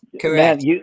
Correct